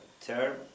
term